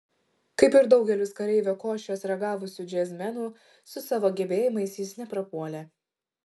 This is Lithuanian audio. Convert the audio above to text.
kaip ir daugelis kareivio košės ragavusių džiazmenų su savo gebėjimais jis neprapuolė